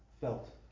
felt